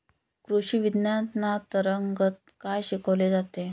कृषीविज्ञानांतर्गत काय शिकवले जाते?